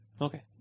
Okay